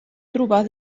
trobar